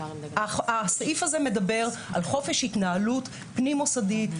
הסעיף הזה מדבר על חופש התנהלות פנים-מוסדית.